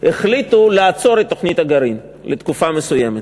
החליטו לעצור את תוכנית הגרעין לתקופה מסוימת.